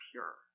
Pure